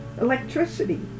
electricity